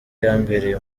yambereye